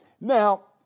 Now